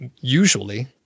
usually